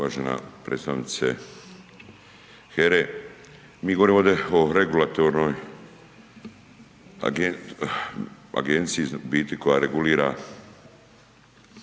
Hvala vam